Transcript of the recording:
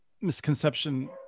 misconception